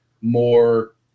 more